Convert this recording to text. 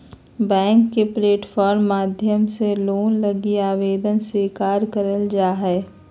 bank के platform माध्यम से लोन लगी आवेदन स्वीकार करल जा हय